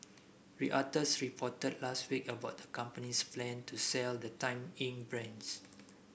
reuters reported last week about the company's plan to sell the Time Inc brands